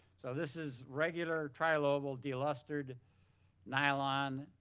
so this is regular trilobal delustered nylon.